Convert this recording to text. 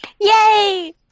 Yay